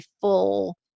full